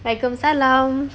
waalaikumusalam